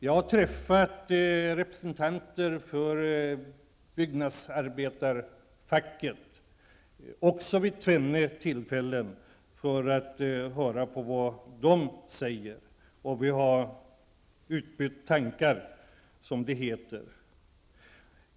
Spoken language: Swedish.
Jag har också träffat representanter för byggnadsarbetarfacket, vid tvenne tillfällen, för att höra på vad de säger, och vi har utbytt tankar, som det heter.